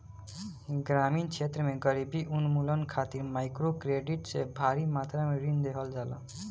ग्रामीण क्षेत्र में गरीबी उन्मूलन खातिर माइक्रोक्रेडिट से भारी मात्रा में ऋण देहल जाला